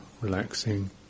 relaxing